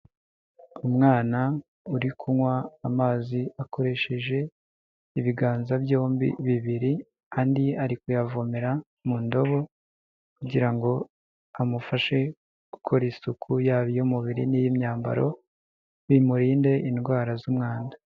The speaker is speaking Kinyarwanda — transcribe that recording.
Umwana uri kunywa amazi akoresheje ibiganza byombi bibiri, andi ari kuyavomera mu ndobo kugira ngo amufashe gukora isuku yaba iy'umubiri n'iy'imyambaro, bimurinde indwara z'umwanda.